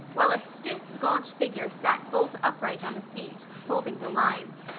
while a stiff, gaunt figure sat bolt upright on the seat, holding the lines.